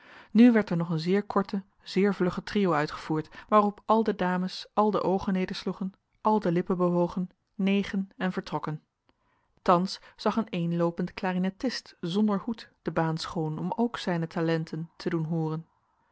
nu werd er nog een zeer korte zeer vlugge trio uitgevoerd waarop al de dames al de oogen nedersloegen al de lippen bewogen negen en vertrokken thans zag een eenloopend klarinettist zonder hoed de baan schoon om ook zijne talenten te doen hooren